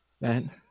Man